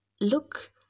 look